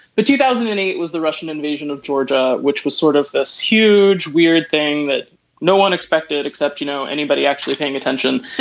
but two thousand and eight was the russian invasion of georgia which was sort of this huge weird thing that no one expected except you know anybody actually paying attention.